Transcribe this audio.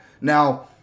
Now